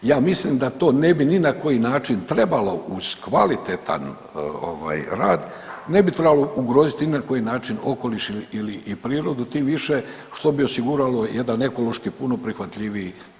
Ja mislim da to ne bi ni na koji način trebalo uz kvalitetan rad ne bi trebalo ugroziti ni na koji način okoliš i prirodu tim više što bi osiguralo jedan ekološki puno prihvatljiviji